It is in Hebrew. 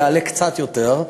יעלה קצת יותר,